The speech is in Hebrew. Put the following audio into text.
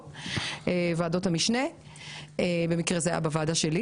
של אותה מועמדת שקשורה בפרשת אבי חימי.